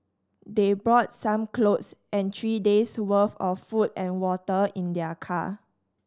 they brought some clothes and three days worth of food and water in their car